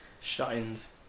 Shines